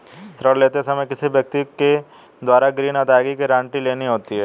ऋण लेते समय किसी व्यक्ति के द्वारा ग्रीन अदायगी की गारंटी लेनी होती है